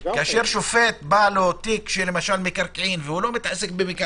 כשלשופט בא תיק של מקרקעין והוא לא מתעסק בזה,